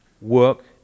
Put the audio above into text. work